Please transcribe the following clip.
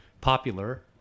Popular